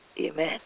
amen